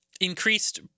increased